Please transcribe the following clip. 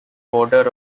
border